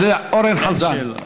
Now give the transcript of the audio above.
אז אורן חזן.